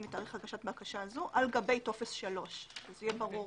מתאריך הגשת בקשה זו על גבי טופס 3". שיהיה ברור